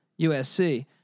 USC